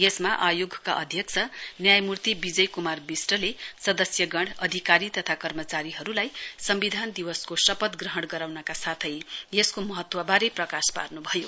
यसमा आयोगका अध्यक्ष न्यायमूर्ति विजय कुमार विष्टले सदस्यगण अधिकारी तथा कर्मचारीहरुलाई सम्विधान दिवसको शपथ गराउनका साथै यसको महत्ववारे प्रकाश पार्नुभयो